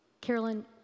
Carolyn